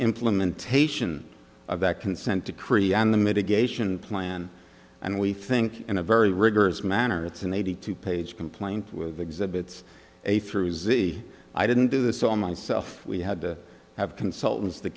implementation of that consent decree and the mitigation plan and we think in a very rigorous manner it's an eighty two page complaint with exhibit a through z i didn't do this on myself we had to have consultants the